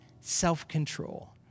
self-control